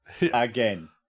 Again